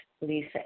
Lisa